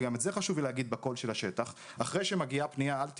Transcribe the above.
וגם את זה חשוב להגיד בקול של השטח - אחרי שמגיעה פנייה על טבעונות,